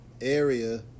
area